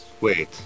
Wait